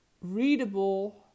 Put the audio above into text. readable